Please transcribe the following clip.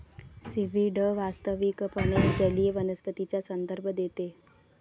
seaweed वास्तविकपणे जलीय वनस्पतींचा संदर्भ देते